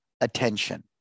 attention